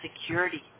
security